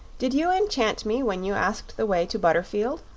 did you enchant me when you asked the way to butterfield?